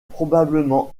probablement